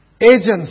agents